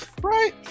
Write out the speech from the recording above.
Right